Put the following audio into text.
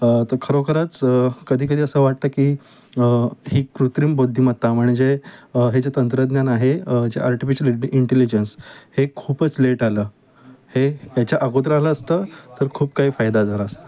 तर खरोखरच कधी कधी असं वाटतं की ही कृत्रीम बोद्धिमत्ता म्हणजे हे जे तंत्रज्ञान आहे जे आर्टिफिशल इंडि इंटेलिजन्स हे खूपच लेट आलं हेच्या अगोदर आलं असतं तर खूप काही फायदा झाला असतं